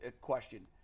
question